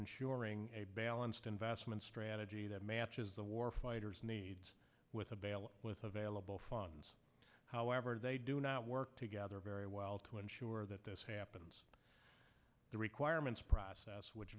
ensuring a balanced investment strategy that matches the war fighters needs with a battle with available funds however they do not work together very well to ensure that this happens the requirements process which